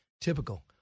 Typical